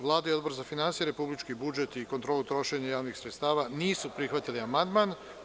Vlada i Odbor za finansije, republički budžet i kontrolu trošenja javnih sredstava nisu prihvatili amandman.